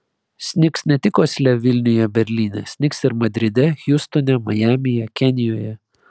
snigs ne tik osle vilniuje berlyne snigs ir madride hjustone majamyje kenijoje